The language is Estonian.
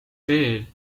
teel